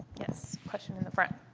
yes, question in the front.